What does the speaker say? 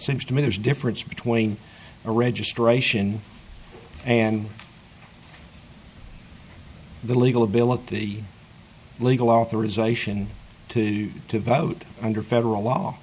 seems to me there's a difference between a registration and the legal ability legal authorization to vote under federal law